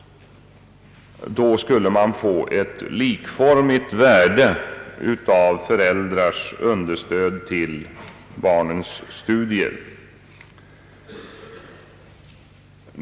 Då skulle man få ett likformigt värde i fråga om avdragen för föräldrars understöd till barnens studier.